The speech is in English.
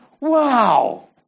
Wow